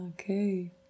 okay